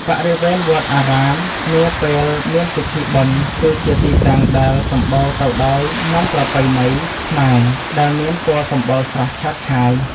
បរិវេណវត្តអារាមនាពេលមានពិធីបុណ្យ គឺជាទីតាំងដែលសម្បូរទៅដោយនំប្រពៃណីខ្មែរដែលមានពណ៌សម្បុរស្រស់ឆើតឆាយ។